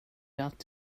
att